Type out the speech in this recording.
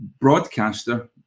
broadcaster